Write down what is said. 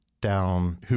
down